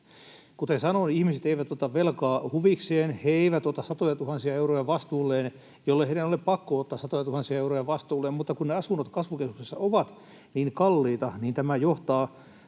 Kuten sanoin, ihmiset eivät ota velkaa huvikseen. He eivät ota satoja tuhansia euroja vastuulleen, jollei heidän ole pakko ottaa satoja tuhansia euroja vastuulleen, mutta kun ne asunnot kasvukeskuksessa ovat niin kalliita, niin tämä johtaa